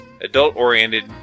adult-oriented